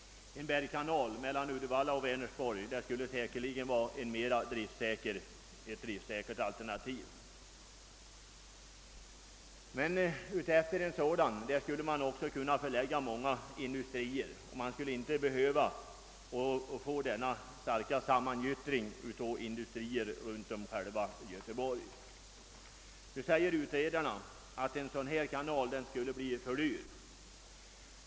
En bergkanal mellan Uddevalla och Vänersborg skulle vara ett mera driftsäkert alternativ. Längs en sådan skulle man också kunna förlägga många industrier, och dessas inrättande skulle motverka den starka sammangyttringen av industrier runt om Göteborg. Utredarna menar emellertid att en sådan kanal skulle bli för dyr.